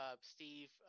Steve